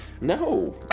No